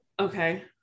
okay